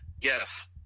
yes